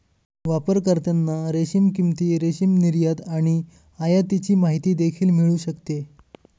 वापरकर्त्यांना रेशीम किंमती, रेशीम निर्यात आणि आयातीची माहिती देखील मिळू शकते